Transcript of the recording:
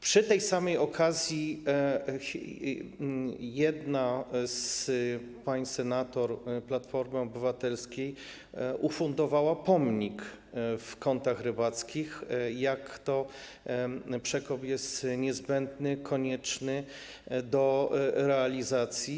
Przy tej samej okazji jedna z pań senator Platformy Obywatelskiej ufundowała pomnik w Kątach Rybackich, przypominający o tym, jak to przekop jest niezbędny, konieczny do realizacji.